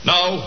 Now